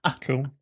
Cool